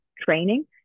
training